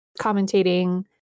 commentating